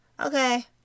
Okay